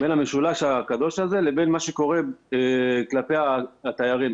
בין המשולש הקדוש הזה לבין מה שקורה כלפי התיירים.